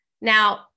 Now